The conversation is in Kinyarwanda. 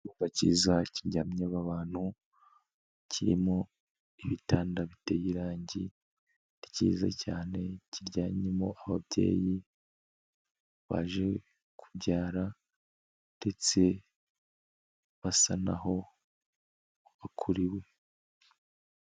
Icyumba kiza kiryamyemo abantu, kirimo ibitanda biteye irangi, ni kiza cyane kiryamyemo ababyeyi baje kubyara ndetse basa naho bakuriwe.